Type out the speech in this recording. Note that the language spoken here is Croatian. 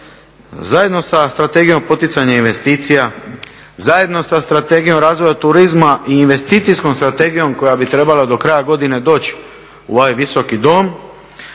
zajedno sa Strategijom poticanje investicija, zajedno sa Strategijom razvoja turizma i Investicijskom strategijom koja bi trebala do kraja godine doći u ovaj Visoki dom